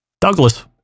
Douglas